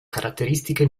caratteristiche